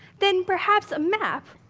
then perhaps a map.